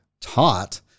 taught